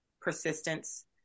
persistence